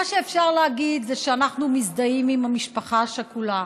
מה שאפשר להגיד זה שאנחנו מזדהים עם המשפחה השכולה.